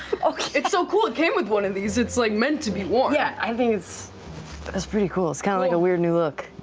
it's so cool it came with one of these, it's like meant to be worn. ashley yeah, i think it's it's pretty cool. it's kind of like a weird new look.